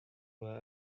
were